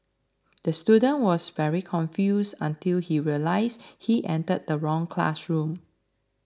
the student was very confused until he realised he entered the wrong classroom